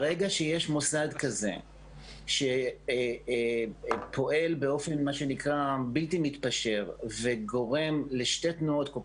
ברגע שיש מוסד כזה שפועל באופן בלתי מתפשר וגורם לשתי תנועות כל